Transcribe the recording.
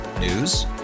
News